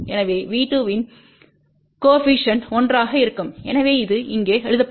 எனவே V2இன் கோஏபிசிஎன்ட் 1 ஆக இருக்கும் எனவே இது இங்கே எழுதப்படுகிறது